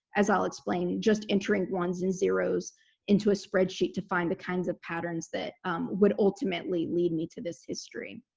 as i'll explain, just entering ones and zeros into a spreadsheet to find the kinds of patterns that would ultimately lead me to this history.